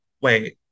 Wait